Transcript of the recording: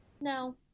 No